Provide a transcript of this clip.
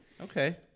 Okay